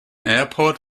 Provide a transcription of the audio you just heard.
airport